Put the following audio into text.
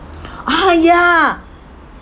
oh ya